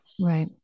Right